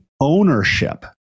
ownership